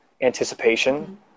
anticipation